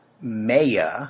Maya